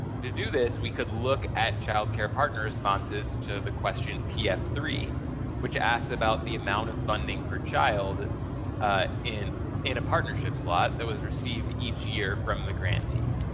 to do this we could look at childcare partner responses to the question p f three which asks about the amount of funding per child ah in in a partnership slot that was received each year from the grantee.